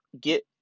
get